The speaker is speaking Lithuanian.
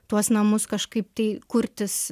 tuos namus kažkaip tai kurtis